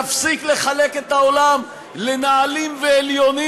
תפסיק לחלק את העולם לנעלים ועליונים